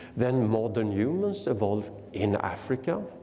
then modern humans evolved in africa.